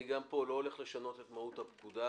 אני לא הולך לשנות פה את מהות הפקודה.